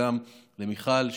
גם למיכל,